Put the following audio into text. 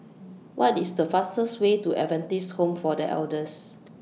What IS The fastest Way to Adventist Home For The Elders